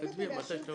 אם אתם מאשרים בחירה